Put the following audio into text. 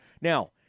Now